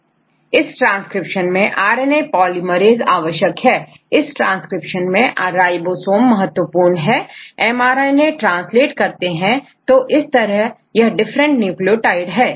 किंतु ट्रांसक्रिप्शन मेंRNA POLYMERASE आवश्यक है इस ट्रांसक्रिप्शन में राइबोसोम महत्वपूर्ण है एमआरएनए ट्रांसलेट करते हैंतो इस तरह यह डिफरेंट न्यूक्लियोटाइड है